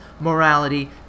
morality